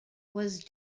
was